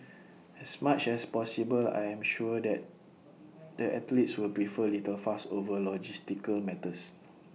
as much as possible I am sure that the athletes will prefer little fuss over logistical matters